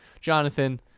jonathan